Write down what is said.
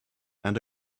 and